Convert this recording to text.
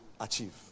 achieve